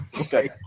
Okay